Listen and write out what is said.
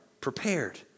prepared